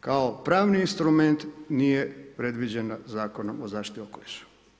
kao pravni instrument nije predviđena Zakonom o zaštiti okoliša.